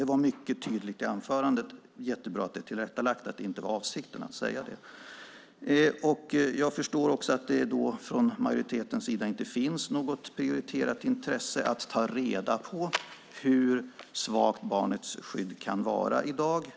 Det var mycket tydligt i anförandet, jättebra att det är tillrättalagt att det inte var avsikten att säga det. Jag förstår att det från majoritetens sida inte finns något prioriterat intresse att ta reda på hur svagt barnets skydd kan vara i dag.